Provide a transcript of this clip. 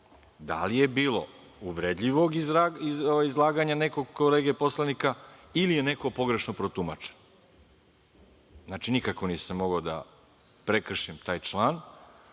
da li je bilo uvredljivog izlaganja nekog kolege poslanika ili je neko pogrešno protumačen. Znači, nikako nisam mogao da prekršim taj član,